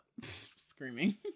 screaming